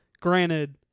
Granted